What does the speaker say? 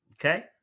Okay